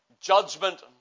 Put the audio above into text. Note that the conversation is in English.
judgment